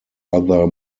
other